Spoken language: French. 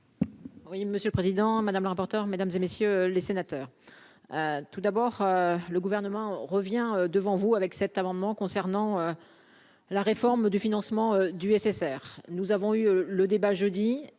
Oui, monsieur le président, madame le rapporteur, mesdames et messieurs les sénateurs, tout d'abord, le gouvernement revient devant vous avec cet amendement concernant la réforme du financement du SSR, nous avons eu le débat jeudi